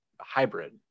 hybrid